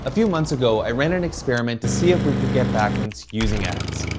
a few months ago, i ran an experiment to see if we could get backlinks using ads.